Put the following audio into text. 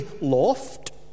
loft